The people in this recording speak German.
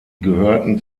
gehörten